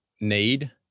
need